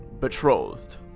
betrothed